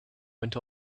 went